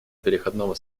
переходного